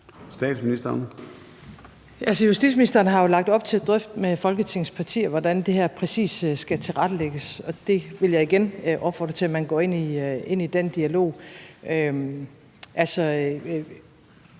Frederiksen): Justitsministeren har jo lagt op til at drøfte med Folketingets partier, hvordan det her præcis skal tilrettelægges, og der vil jeg igen opfordre til, at man går ind i den dialog.